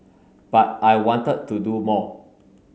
but I wanted to do more